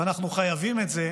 ואנחנו חייבים את זה